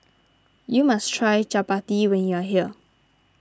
you must try Chapati when you are here